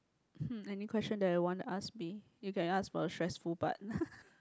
hmm any question that you wanna ask me you can ask about the stressful part